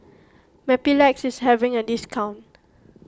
Mepilex is having a discount